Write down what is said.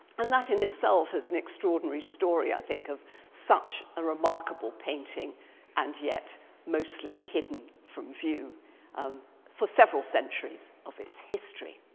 and that in itself is an extraordinary story, i think, of such a remarkable painting and yet mostly hidden from view for several centuries of its history.